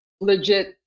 legit